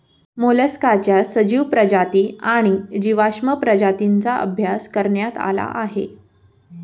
मोलस्काच्या सजीव प्रजाती आणि जीवाश्म प्रजातींचा अभ्यास करण्यात आला आहे